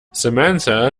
samantha